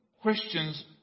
questions